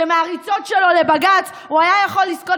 שמהריצות שלו לבג"ץ הוא היה יכול לזכות